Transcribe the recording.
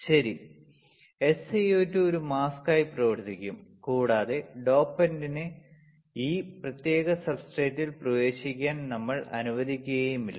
ശരി SiO2 ഒരു മാസ്കായി പ്രവർത്തിക്കും കൂടാതെ ഡോപന്റിനെ ഈ പ്രത്യേക സബ്സ്ട്രേറ്റിൽ പ്രവേശിക്കാൻ നമ്മൾ അനുവദിക്കുകയുമില്ല